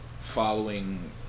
following